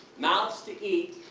mouths to eat,